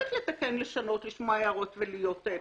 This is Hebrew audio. חייבת לתקן, לשנות, לשמוע הערות ולהיות פתוחה.